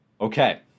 Okay